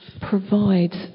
provides